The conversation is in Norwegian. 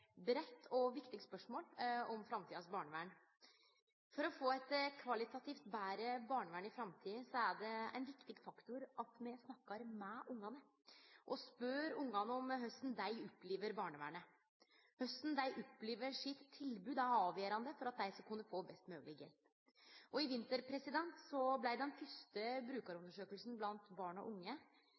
breitt og viktig spørsmål om framtidas barnevern. For å få eit kvalitativt betre barnevern i framtida er det ein viktig faktor at me snakkar med ungane og spør dei korleis dei opplever barnevernet. Korleis dei opplever tilbodet sitt, er avgjerande for at dei skal kunne få best mogleg hjelp. I vinter blei den første brukarundersøkinga blant barn og unge